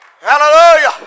Hallelujah